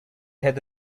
had